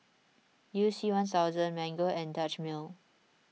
You C one thousand Mango and Dutch Mill